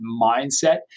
mindset